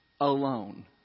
alone